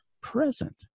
present